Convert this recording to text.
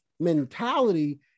mentality